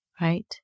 right